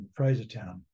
Frasertown